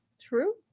True